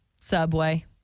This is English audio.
Subway